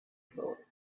thought